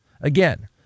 Again